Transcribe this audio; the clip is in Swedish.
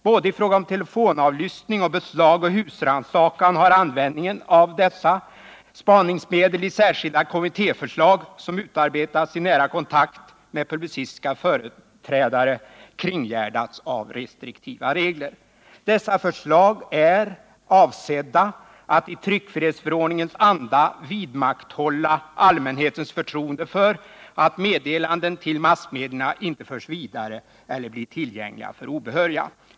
I fråga om telefonavlyssning, beslag och husrannsakan har användningen av dessa spaningsmedel, i särskilda kommittéförslag som utarbetats i nära kontakt med publicistiska företrädare, kringgärdats av restriktiva regler. Dessa förslag är avsedda att i tryckfrihetsförordningens anda vidmakthålla allmänhetens förtroende för att meddelanden till massmedier inte förs vidare eller blir tillgängliga för obehöriga.